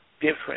different